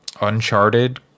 Uncharted